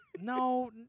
no